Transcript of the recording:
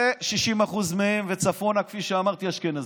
ו-60% מהם וצפונה, כפי שאמרתי, אשכנזים.